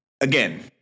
Again